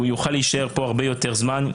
הוא יוכל להישאר פה הרבה יותר זמן.